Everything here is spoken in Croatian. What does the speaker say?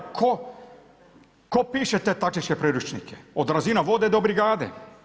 Tko piše te taktičke priručnike od razine voda do brigade?